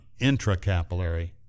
intracapillary